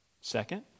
Second